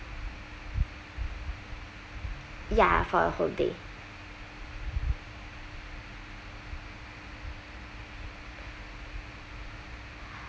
ya for a whole day